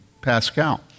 Pascal